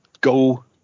go